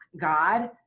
God